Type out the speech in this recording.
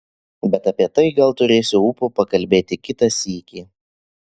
bet apie tai gal turėsiu ūpo pakalbėti kitą sykį